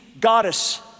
goddess